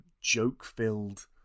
joke-filled